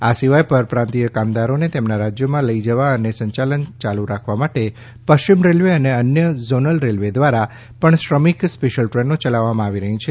આ સિવાય પરપ્રાંતિય કામદારોને તેમના રાજ્યોમાં લઈ જવા અને સંચાલન ચાલુ રાખવા માટે પશ્ચિમ રેલવે અને અન્ય ઝોનલ રેલવે દ્વારા પણ શ્રમિક સ્પેશ્યલ ટ્રેનો ચલાવવામાં આવી રહી છે